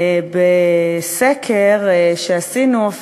בסקר שעשינו.